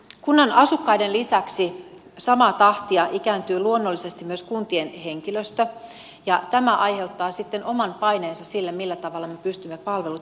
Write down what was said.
kunnan asukkaiden lisäksi samaa tahtia ikääntyy luonnollisesti myös kuntien henkilöstö ja tämä aiheuttaa sitten oman paineensa sille millä tavalla me pystymme palvelut järjestämään